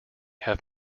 have